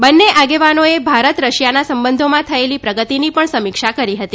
બંને આગેવાનોએ ભારત રશિયાના સંબંધોમાં થયેલી પ્રગતિની પણ સમીક્ષા કરી હતી